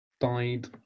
died